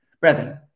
Brethren